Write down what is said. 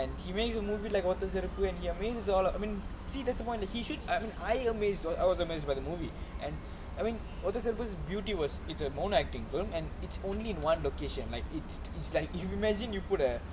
and he makes a movie like water therapy and he amazes all I mean see that's the point of the he should I mean I amazed when I was amazed by the movie and I mean well just because beauty was its own acting from and it's only in one location like it's it's like you imagine you put a